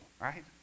right